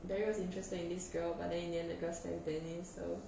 barry was interested in this girl but then in the end the girl 喜欢 dennis so